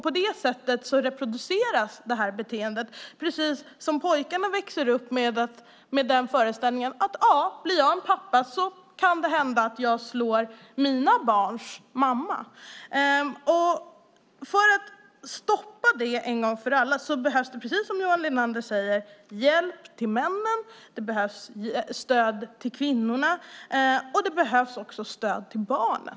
På det sättet reproduceras beteendet. En pojke kommer att växa upp med föreställningen att om han blir pappa kan det hända att han slår sina barns mamma. För att stoppa det en gång för alla behövs det, precis som Johan Linander säger, hjälp till männen, stöd till kvinnorna och stöd till barnen.